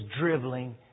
dribbling